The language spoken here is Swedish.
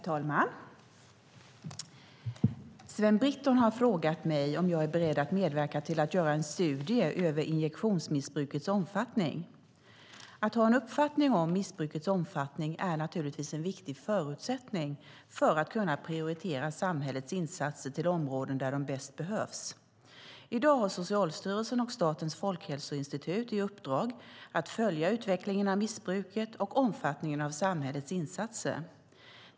Herr talman! Sven Britton har frågat mig om jag är beredd att medverka till att göra en studie över injektionsmissbrukets omfattning. Att ha en uppfattning om missbrukets omfattning är naturligtvis en viktig förutsättning för att kunna prioritera samhällets insatser till områden där de bäst behövs. I dag har Socialstyrelsen och Statens folkhälsoinstitut i uppdrag att följa utvecklingen av missbruket och omfattningen av samhällets insatser.